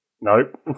Nope